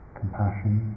compassion